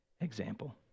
example